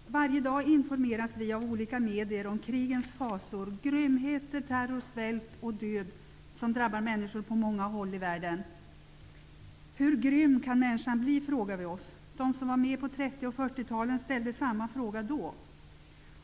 Fru talman! Varje dag informeras vi av olika medier om krigens fasor och om grymheter, terror, svält och död som drabbar människor på många håll i världen. Vi frågar oss hur grym människan kan bli. De som var med på 30 och 40-talen ställde samma fråga då.